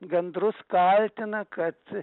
gandrus kaltina kad